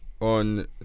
on